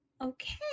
Okay